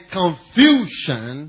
confusion